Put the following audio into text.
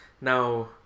Now